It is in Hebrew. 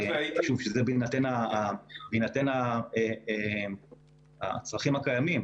בהינתן הצרכים הקיימים